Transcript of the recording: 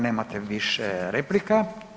Nemate više replika.